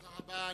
תודה רבה.